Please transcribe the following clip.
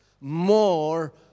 more